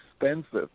expensive